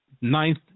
ninth